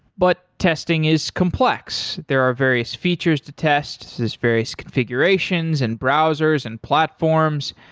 but testing is complex. there are various features to test. there's various configurations and browsers and platforms.